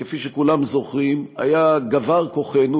כפי שכולם זוכרים, גבר כוחנו.